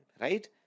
Right